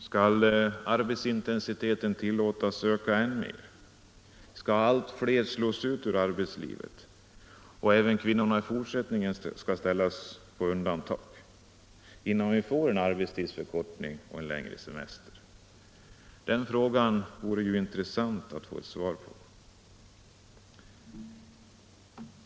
Skall arbetsintensiteten tillåtas öka än mer, skall allt fler slås ut ur arbetslivet och skall kvinnorna även i fortsättningen ställas på undantag innan vi får en arbetstidsförkortning och en längre semester? Det vore intressant att få svar på den frågan.